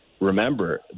remember